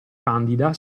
candida